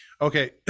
Okay